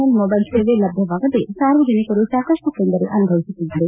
L mobile ಸೇವೆ ಲಭ್ಯವಾಗದೇ ಸಾರ್ವಜನಿಕರು ಸಾಕಷ್ಟು ತೊಂದರೆ ಅನುಭವಿಸುತ್ತಿದ್ದರು